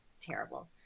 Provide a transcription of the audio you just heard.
terrible